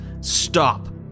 Stop